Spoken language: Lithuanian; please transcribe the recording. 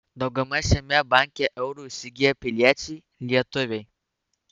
dauguma šiame banke eurų įsigiję piliečiai lietuviai